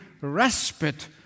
respite